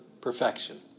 perfection